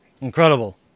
Incredible